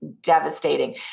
devastating